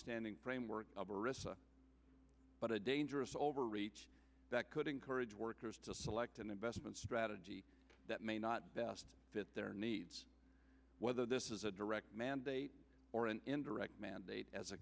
standing framework of a risk but a dangerous overreach that could encourage workers to select an investment strategy that may not best fit their needs whether this is a direct mandate or an indirect mandate as a